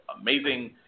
amazing